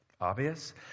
obvious